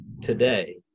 today